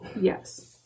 yes